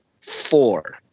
four